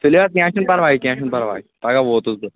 تُلِو حظ کینٛہہ چھُنہٕ پَرواے کینٛہہ چھُنہٕ پَرواے پَگاہ ووتُس بہٕ